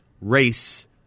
race